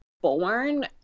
born